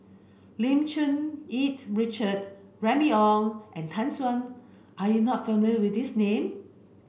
Lim Cherng Yih Richard Remy Ong and Tan Shen are you not familiar with these name